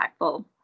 impactful